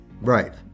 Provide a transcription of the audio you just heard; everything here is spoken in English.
Right